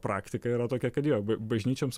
praktika yra tokia kad jo bažnyčioms